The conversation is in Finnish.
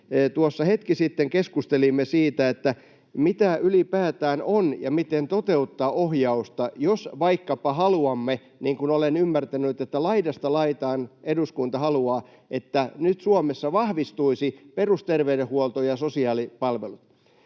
hetki sitten keskustelimme siitä, mitä se ylipäätään on ja miten toteuttaa ohjausta, jos vaikkapa haluamme, niin kuin olen ymmärtänyt, että laidasta laitaan eduskunta haluaa, että nyt Suomessa vahvistuisivat perusterveydenhuolto ja sosiaalipalvelut.